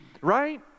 Right